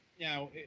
Now